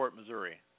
Missouri